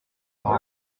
drap